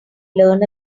learn